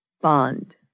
bond